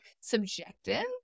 subjective